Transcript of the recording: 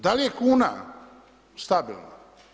Da li je kuna stabilna?